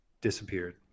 disappeared